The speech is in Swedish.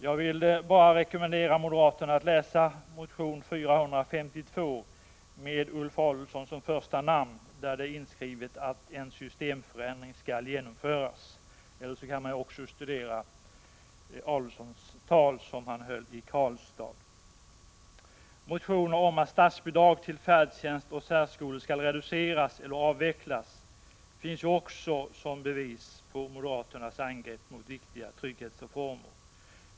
Jag vill bara rekommendera moderaterna att läsa motion 452 med Ulf Adelsohn som första namn, där det är inskrivet att en systemförändring skall genomföras, eller att ta del av det tal som han höll i Karlstad. Också motioner om att statsbidragen till färdtjänst och särskolor skall reduceras eller avvecklas finns, som sagt, som bevis på moderaternas angrepp mot viktiga trygghetsreformer.